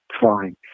fine